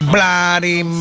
Bloody